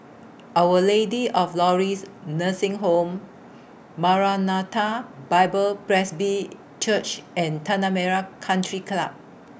Our Lady of Lourdes Nursing Home Maranatha Bible Presby Church and Tanah Merah Country Club